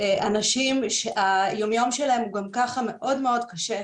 אנשים שהיומיום שלהם גם ככה מאוד קשה,